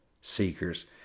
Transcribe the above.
seekers